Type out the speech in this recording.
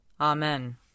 Amen